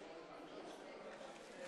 ואנחנו מנסים לעשות דברים כדי לשנות את זה,